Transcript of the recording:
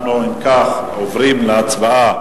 אנחנו, אם כך, עוברים להצבעה